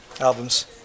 albums